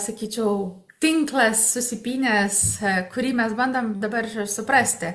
sakyčiau tinklas susipynęs kurį mes bandom dabar suprasti